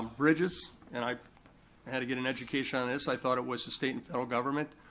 um bridges, and i had to get an education on this, i thought it was the state and federal government,